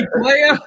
player